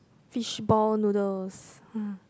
fishball noodles